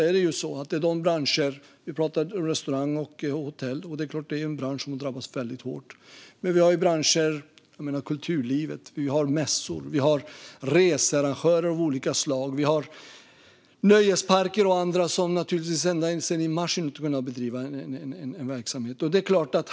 Fru talman! Vi har pratat om restaurang och hotellbranschen, och det är klart att det är en bransch som har drabbats väldigt hårt. Men vi har också kulturlivet, vi har mässor, vi har researrangörer av olika slag, vi har nöjesparker och andra som ända sedan i mars inte har kunnat bedriva någon verksamhet.